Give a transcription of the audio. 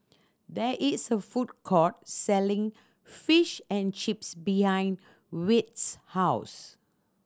there is a food court selling Fish and Chips behind Wirt's house